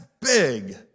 big